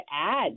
add